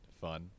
fun